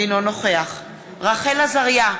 אינו נוכח רחל עזריה,